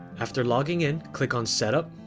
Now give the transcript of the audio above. after logging in click on setup